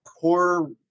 poor